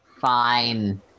Fine